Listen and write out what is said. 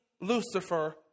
Lucifer